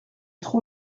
trop